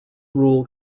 rule